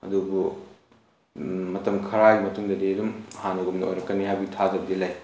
ꯑꯗꯨꯕꯨ ꯃꯇꯝ ꯈꯔꯒꯤ ꯃꯇꯨꯡꯗꯗꯤ ꯑꯗꯨꯝ ꯍꯥꯟꯅꯒꯨꯝꯅ ꯑꯣꯏꯔꯛꯀꯅꯤ ꯍꯥꯏꯕꯒꯤ ꯊꯥꯖꯕꯗꯤ ꯂꯩ